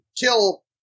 kill